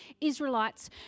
Israelites